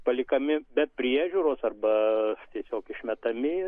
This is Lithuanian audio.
paliekami be priežiūros arba tiesiog išmetami